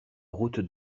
route